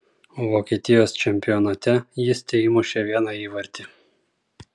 vokietijos čempionate jis teįmušė vieną įvartį